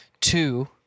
Two